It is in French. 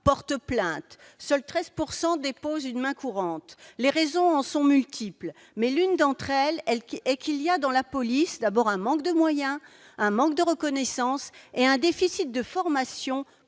portent plainte. Seules 13 % déposent une main courante. Les raisons en sont multiples, mais l'une d'entre elles est qu'il y a dans la police un manque de moyens, un manque de reconnaissance et un déficit de formation